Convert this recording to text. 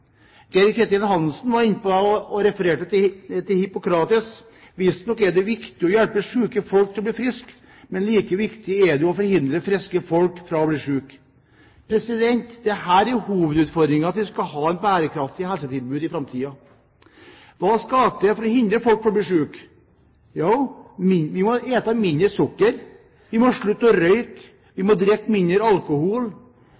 Hansen var inne på dette og refererte til Hippokrates: «Visstnok er det riktig å hjelpe syke folk til å bli friske, men like viktig er det å forhindre at friske folk blir syke.» Dette er hovedutfordringen hvis vi skal ha et bærekraftig helsetilbud i framtiden. Hva skal til for å hindre at folk blir syke? Jo, vi må spise mindre sukker, slutte å røyke, drikke mindre alkohol, ha minst 30 minutter fysisk aktivitet hver dag, og vi